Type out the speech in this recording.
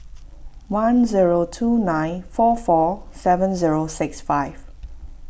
one zero two nine four four seven zero six five